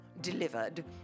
delivered